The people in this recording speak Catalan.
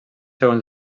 segons